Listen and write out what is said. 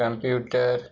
computer